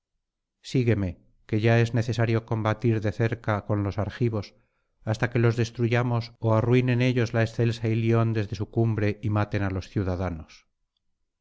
sigúeme que ya es necesario combatir de cerca con los argivos hasta que los destruyamos ó arruinen ellos la excelsa ilion desde su cumbre y maten á los ciudadanos